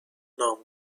نام